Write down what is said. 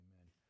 Amen